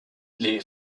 les